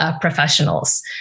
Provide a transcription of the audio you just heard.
professionals